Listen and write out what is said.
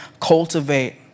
cultivate